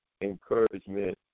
encouragement